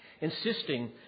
insisting